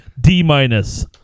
D-minus